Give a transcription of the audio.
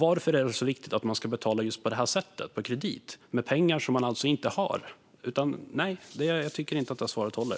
Varför är det så viktigt att man ska handla på kredit, med pengar som man alltså inte har? Nej, jag tycker inte att svaret håller.